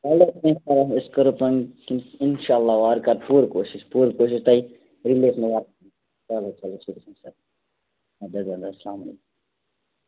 چَلو أسۍ کَرو پنٕنۍ کِنۍ اِنشاء اللہ وارٕ کارٕ پوٗرٕ کوٗشِش پوٗرٕ کوٗشِش تۄہہِ رِلیٖف نہٕ اَدٕ حظ اَدٕ حظ السَلام